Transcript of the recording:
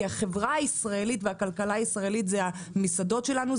כי החברה הישראלית והכלכלה הישראלית זה המסעדות שלנו,